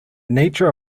nature